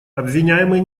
обвиняемый